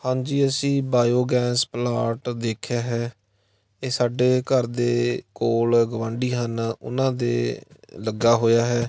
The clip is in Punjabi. ਹਾਂਜੀ ਅਸੀਂ ਬਾਇਓਗੈਸ ਪਲਾਟ ਦੇਖਿਆ ਹੈ ਇਹ ਸਾਡੇ ਘਰ ਦੇ ਕੋਲ ਗਵਾਂਢੀ ਹਨ ਉਹਨਾਂ ਦੇ ਲੱਗਾ ਹੋਇਆ ਹੈ